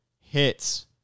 hits